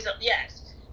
Yes